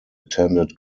attended